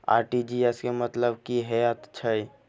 RTGS केँ मतलब की हएत छै?